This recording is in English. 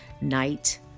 night